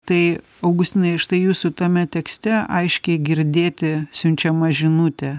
tai augustinai štai jūsų tame tekste aiškiai girdėti siunčiama žinutė